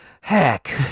heck